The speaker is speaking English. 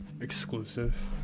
exclusive